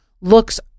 looks